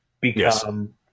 become